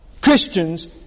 Christians